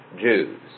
Jews